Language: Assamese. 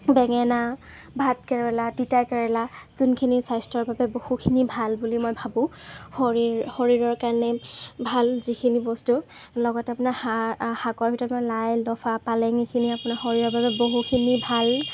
বেঙেনা ভাতকেৰেলা তিতাকেৰেলা যোনখিনি স্বাস্থ্যৰ বাবে বহুখিনি ভাল বুলি মই ভাবোঁ শৰীৰ শৰীৰৰ কাৰণে ভাল যিখিনি বস্তু লগত আপোনাৰ শাকৰ ভিতৰত লাই লফা পালেং এইখিনি আপোনাৰ শৰীৰৰ বাবে বহুখিনি ভাল